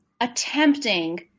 attempting